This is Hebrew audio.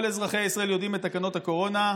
כל אזרחי ישראל יודעים את תקנות הקורונה.